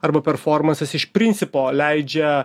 arba performansas iš principo leidžia